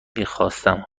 میخواستم